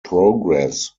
progress